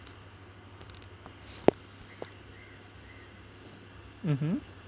mmhmm